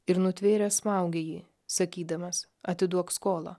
ir nutvėręs smaugė jį sakydamas atiduok skolą